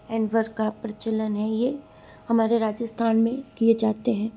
handwork का प्रचलन है ये हमारे राजस्थान में किए जाते हैं